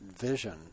vision